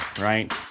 right